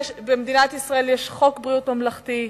במדינת ישראל יש חוק ביטוח בריאות ממלכתי,